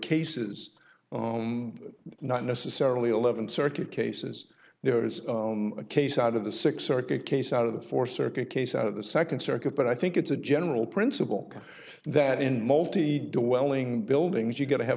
cases not necessarily eleven circuit cases there is a case out of the six circuit case out of the four circuit case out of the second circuit but i think it's a general principle that in multi do welling buildings you've got to have